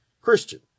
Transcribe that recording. Christian